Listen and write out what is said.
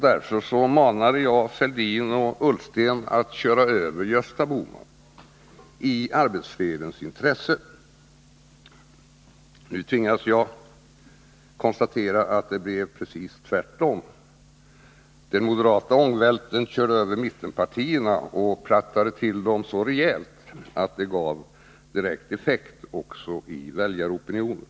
Därför manade jag Thorbjörn Fälldin och Ola Ullsten att köra över Gösta Bohman — i arbetsfredens intresse. Nu tvingas jag konstatera att det blev precis tvärtom. Den moderata ångvälten Nr 29 körde över mittenpartierna och plattade till dem så rejält att det gav direkt Torsdagen den effekt också i väljaropinionen.